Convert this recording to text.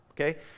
okay